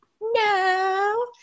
no